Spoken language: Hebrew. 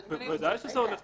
בוודאי שזה הולך וחוזר.